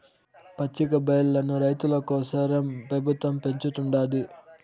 పచ్చికబయల్లను రైతుల కోసరం పెబుత్వం పెంచుతుండాది